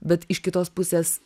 bet iš kitos pusės